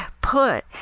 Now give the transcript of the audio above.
put